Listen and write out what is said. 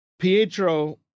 Pietro